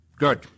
Good